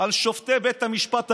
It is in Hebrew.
על שופטי בית המשפט העליון.